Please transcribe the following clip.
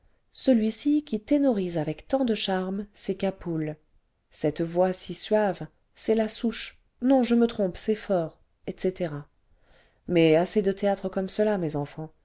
celui-ci qui ténorise avec tant de charme c'est capôul cette voix si suave c'est lassouche non je me trompe c'est faure etc mais assez de théâtre comme cela mes enfants